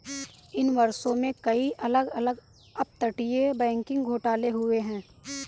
इन वर्षों में, कई अलग अलग अपतटीय बैंकिंग घोटाले हुए हैं